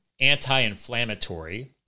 anti-inflammatory